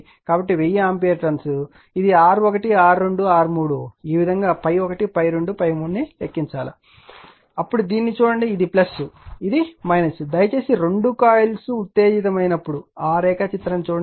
కాబట్టి 1000 ampere turns ఇది R1 R2 R3 ఈ విధంగా ∅1 ∅2 ∅3 ను లెక్కించాలి అప్పుడు దీనిని చూడండి ఇది ఇది దయచేసి రెండు కాయిల్స్ ఉత్తేజితమైనప్పుడు ఆ రేఖాచిత్రానికి రండి